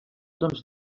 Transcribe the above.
doncs